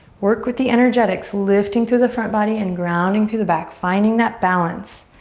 work with the energetics lifting through the front body and grounding through the back. finding that balance.